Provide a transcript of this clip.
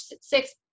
six